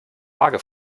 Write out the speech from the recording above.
lage